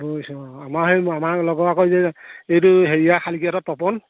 বুজিছো আমাৰ সেই আমাৰ লগৰ আকৌ যে এইটো হেৰিয়া খালিকিহঁতৰ তপন